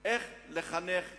איך לחנך ילד.